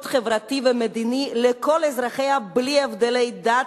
חברתי ומדיני לכל אזרחיה בלי הבדלי דת,